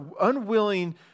unwilling